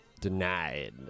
Denied